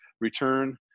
return